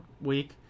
week